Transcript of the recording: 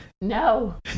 No